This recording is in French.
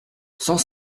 cent